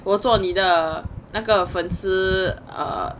我做你的那个粉丝 err